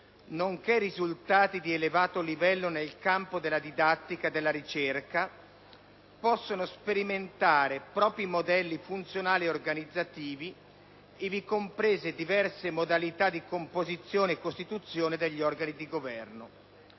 nonché risultati di elevato livello nel campo della didattica e della ricerca, possono sperimentare propri modelli funzionali e organizzativi, ivi comprese diverse modalità di composizione e costituzione degli organi di governo».